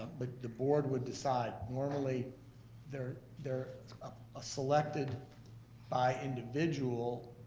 but the board would decide. normally they're they're ah selected by individual,